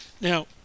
Now